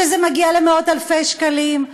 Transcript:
שזה מגיע למאות-אלפי שקלים,